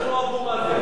בטח לא אבו מאזן.